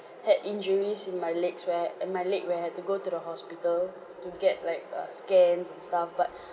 had injuries in my legs where and my leg where I had to go to the hospital to get like uh scans and stuff but